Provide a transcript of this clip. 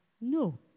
No